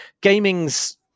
gaming's